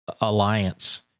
alliance